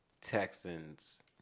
Texans